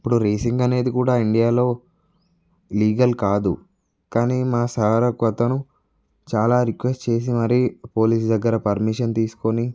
ఇప్పుడు రేసింగ్ అనేది కూడా ఇండియాలో లీగల్ కాదు కానీ మా సార్ ఒకతను చాలా రిక్వెస్ట్ చేసి మరి పోలీస్ దగ్గర పర్మిషన్ తీసుకొని